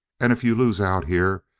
and if you lose out here,